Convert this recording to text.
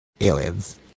Aliens